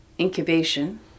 incubation